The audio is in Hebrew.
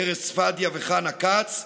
ארז צפדיה וחנה כץ,